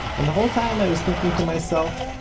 and the whole time, i was thinking to myself,